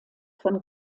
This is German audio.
von